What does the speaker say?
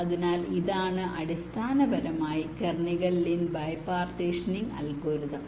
അതിനാൽ ഇതാണ് അടിസ്ഥാനപരമായി കെർണിഗൻ ലിൻ ബൈപാർട്ടീഷനിംഗ് അൽഗോരിതം